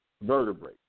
vertebrae